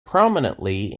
prominently